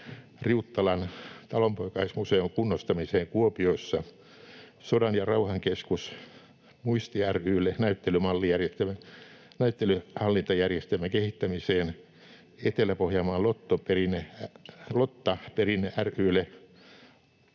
Riuttalan Talonpoikaismuseon kunnostamiseen Kuopiossa, Sodan ja rauhan ‑keskus Muistille näyttelyhallintajärjestelmän kehittämiseen, Etelä-Pohjanmaan Lottaperinne ry:lle